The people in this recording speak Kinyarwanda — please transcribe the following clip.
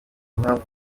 impamvu